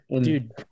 dude